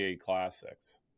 classics